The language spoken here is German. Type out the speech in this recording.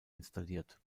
installiert